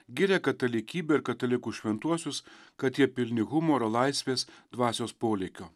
giria katalikybę ir katalikų šventuosius kad jie pilni humoro laisvės dvasios polėkio